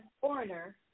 foreigner